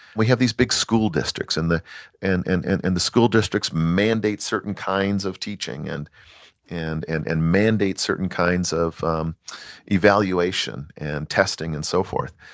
we have these big school districts, and the and and and and the school districts mandate certain kinds of teaching, and and and and mandate certain kinds of um evaluation and testing and so forth.